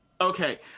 Okay